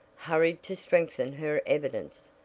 hurried to strengthen her evidence.